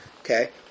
Okay